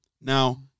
now